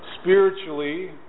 Spiritually